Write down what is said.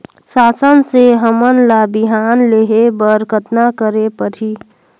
शासन से हमन ला बिहान लेहे बर कतना करे परही?